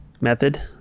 method